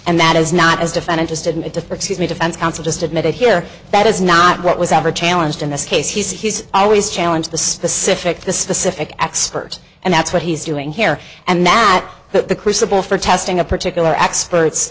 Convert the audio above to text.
and that is not as defined interested in it to perceive me defense counsel just admitted here that is not what was ever challenged in this case he says he's always challenge the specific the specific expert and that's what he's doing here and that that the crucible for testing a particular expert